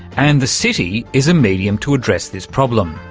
and the city is a medium to address this problem.